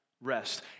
rest